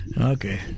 Okay